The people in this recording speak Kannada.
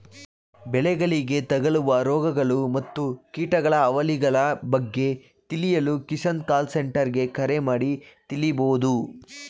ಬೆಳೆಗಳಿಗೆ ತಗಲುವ ರೋಗಗಳು ಮತ್ತು ಕೀಟಗಳ ಹಾವಳಿಗಳ ಬಗ್ಗೆ ತಿಳಿಯಲು ಕಿಸಾನ್ ಕಾಲ್ ಸೆಂಟರ್ಗೆ ಕರೆ ಮಾಡಿ ತಿಳಿಬೋದು